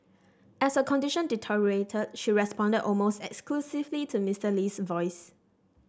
as her condition deteriorated she responded almost exclusively to Mister Lee's voice